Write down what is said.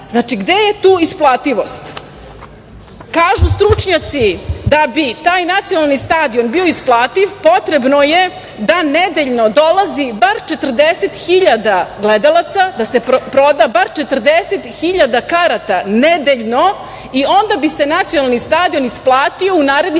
Znači, gde je tu isplativost? Kažu stručnjaci da bi taj nacionalni stadion bio isplativ, potrebno je da nedeljno dolazi bar 40 hiljada gledalaca, da se proda bar 40 hiljada karata nedeljno i onda bi se nacionalni stadion isplatio u naredni